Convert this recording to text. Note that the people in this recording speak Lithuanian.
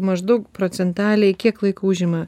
maždaug procentaliai kiek laiko užima